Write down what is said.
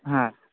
ಹಾಂ